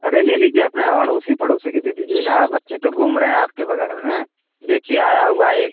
अरे ले लीजिए अपने अड़ोसी पड़ोसी को दे दीजिएगा बच्चे तो घूम रहें आपके बग़ल में देखिए आया हुआ है एक